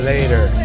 Later